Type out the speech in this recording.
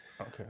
Okay